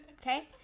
okay